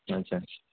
ଆଚ୍ଛା ଆଚ୍ଛା